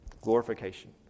Glorification